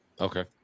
okay